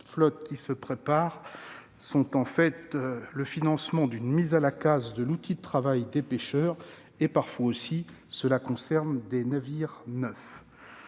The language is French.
flotte qui se préparent constituent en fait le financement d'une mise à la casse de l'outil de travail des pêcheurs ; parfois, cela concerne des navires neufs.